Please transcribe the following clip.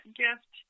gift